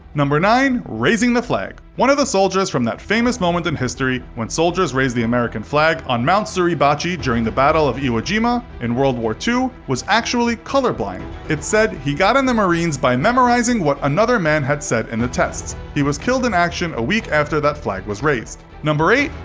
nine. raising the flag one of the soldiers from that famous moment in history when soldiers raised the american flag on mount suribachi during the battle of iwo jima in world war two, was actually color blind. it's said he got in the marines by memorizing what another man had said in the tests. he was killed in action a week after that flag was raised. eight.